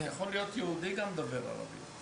זה יכול להיות יהודי שהוא דובר ערבית.